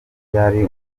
ryari